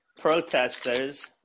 protesters